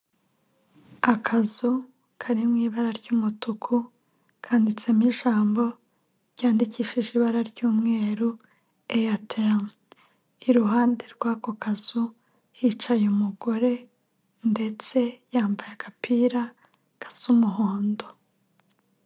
Akazu kari mu ibara ry'umutuku, kanditsemo ijambo ryandikishije ibara ry'umweru Eyeteri. Iruhande rw'ako kazu hicaye umugore ndetse yambaye agapira gasa umuhondo.